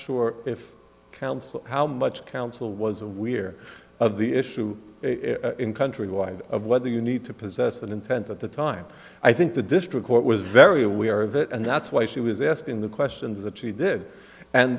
so how much counsel was a we're of the issue in countrywide of whether you need to possess an intent at the time i think the district court was very aware of it and that's why she was asking the questions that she did and